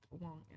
long